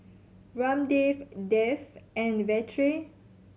Ramdev Dev and Vedre